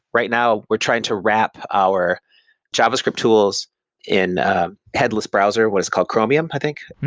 right now, we're trying to wrap our javascript tools in a headless browser what is called chromium, i think.